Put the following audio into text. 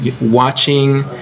watching